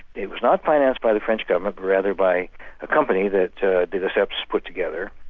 it was not financed by the french government, rather by a company that de lesseps put together,